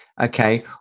okay